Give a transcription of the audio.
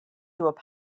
through